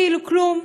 כאילו כלום,